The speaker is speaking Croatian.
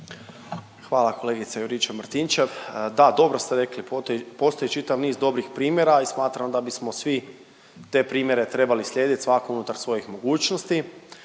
Hvala kolegice Juričev-Martinčev. Da, dobro ste rekli postoji čitav niz dobrih primjera i smatram da bismo svi te primjere trebali slijediti svatko unutar svojih mogućnosti.